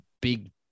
big